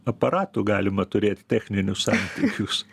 aparatu galima turėti techninius santykius